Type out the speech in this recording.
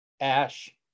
ash